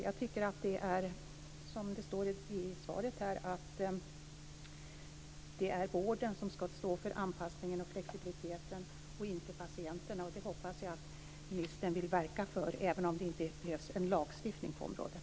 Jag tycker som sagt att det är vården som skall stå för anpassningen och flexibiliteten, som det står i svaret, och inte patienterna. Det hoppas jag att ministern vill verka för, även om det inte blir en lagstiftning på området.